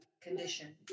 condition